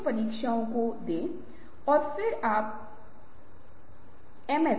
समस्या सामने आती है और फिर उनसे पूछा जाता है कि आपकी राय क्या है